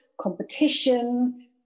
competition